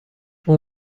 اون